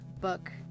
book